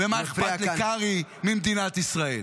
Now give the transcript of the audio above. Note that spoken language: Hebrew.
-- ומה אכפת לקרעי ממדינת ישראל.